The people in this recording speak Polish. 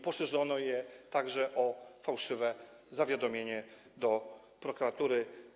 Poszerzono je także o fałszywe zawiadomienie do prokuratury.